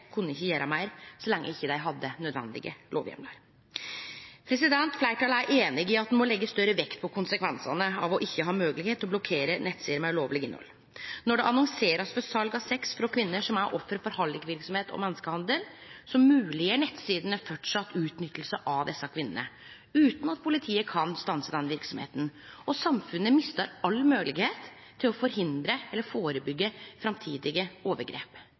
kunne ikkje gjere meir så lenge dei ikkje hadde nødvendige lovheimlar. Fleirtalet er einig i at ein må leggje større vekt på konsekvensane av ikkje å ha moglegheit til å blokkere nettsider med ulovleg innhald. Når det blir annonsert med sal av sex frå kvinner som er offer for hallikverksemd og menneskehandel, gjer nettsidene det framleis mogleg å utnytte desse kvinnene, utan at politiet kan stanse verksemda, og samfunnet mistar all moglegheit til å hindre eller førebyggje framtidige overgrep.